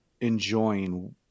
enjoying